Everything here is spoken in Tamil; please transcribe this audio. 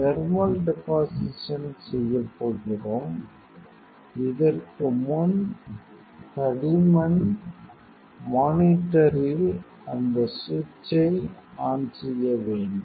தெர்மல் டெபொசிஷன் செய்ய போகிறோம் இதற்கு முன் தடிமன் மானிட்டரில் அந்த சுவிட்சை ஆன் செய்ய வேண்டும்